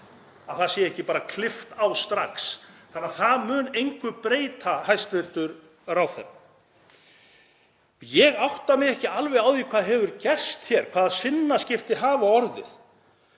það sé ekki bara klippt á strax. Þannig að það mun engu breyta, hæstv. ráðherra. Ég átta mig ekki alveg á því hvað hefur gerst hér, hvaða sinnaskipti hafa orðið